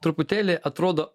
truputėlį atrodo